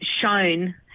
shown